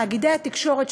תאגידי התקשורת,